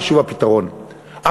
חשוב הפתרון,